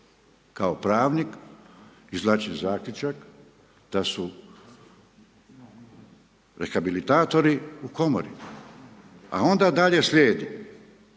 kao pravnik izvlačim zaključak da su rehabilitatori u komori, a onda dalje slijedi,